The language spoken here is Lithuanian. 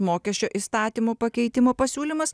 mokesčio įstatymo pakeitimo pasiūlymas